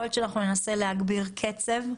יכול להיות שננסה להגביר קצב,